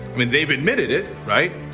i mean they've admitted it, right?